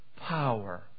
power